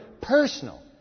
Personal